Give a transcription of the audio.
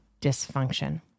dysfunction